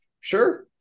Sure